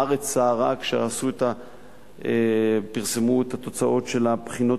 הארץ סערה כשפרסמו את התוצאות של בחינות